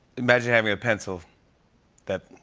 imagine having a pencil that.